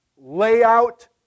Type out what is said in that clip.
layout